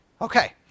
Okay